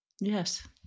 Yes